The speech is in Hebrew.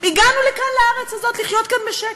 הגענו לכאן, לארץ הזאת, לחיות כאן בשקט,